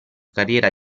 carriera